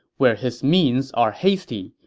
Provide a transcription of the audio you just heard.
where his means are hasty,